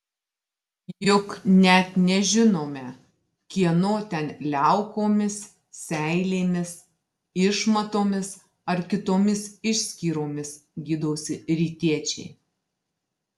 juk net nežinome kieno ten liaukomis seilėmis išmatomis ar kitomis išskyromis gydosi rytiečiai